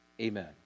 Amen